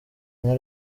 nka